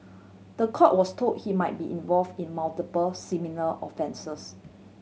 the court was told he might be involve in multiple similar offences